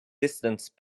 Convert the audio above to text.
distance